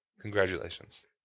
Congratulations